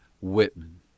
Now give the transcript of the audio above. Whitman